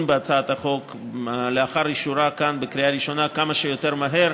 בהצעת החוק לאחר אישורה כאן בקריאה ראשונה כמה שיותר מהר,